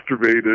masturbated